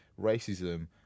racism